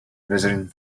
visiting